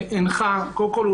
הנחה קודם כול,